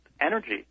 energy